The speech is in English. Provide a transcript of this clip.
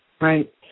Right